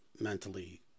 mentally